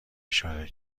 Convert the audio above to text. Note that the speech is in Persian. اشاره